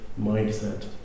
mindset